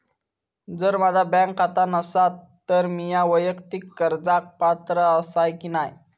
जर माझा बँक खाता नसात तर मीया वैयक्तिक कर्जाक पात्र आसय की नाय?